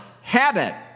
habit